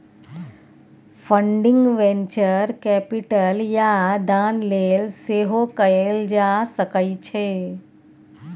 funding venture capital या दान लेल सेहो कएल जा सकै छै